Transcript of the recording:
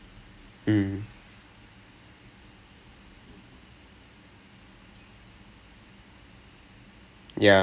if by the end of the year you like drama more you like band more you like technology more or something lah then